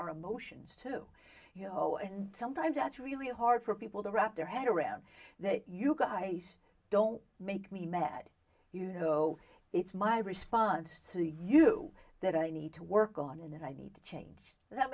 our emotions too you know and sometimes that's really hard for people to wrap their head around that you guys don't make me mad you know it's my response to you that i need to work on and i need to change that